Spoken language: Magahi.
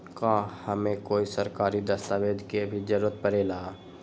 का हमे कोई सरकारी दस्तावेज के भी जरूरत परे ला?